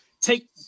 take